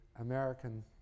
American